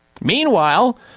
Meanwhile